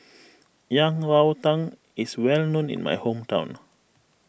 Yang Rou Tang is well known in my hometown